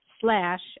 slash